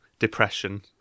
depression